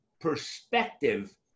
perspective